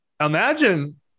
imagine